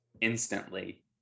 instantly